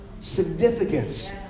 significance